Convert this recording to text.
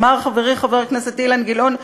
אמר חברי חבר הכנסת אילן גילאון,